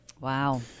Wow